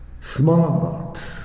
smart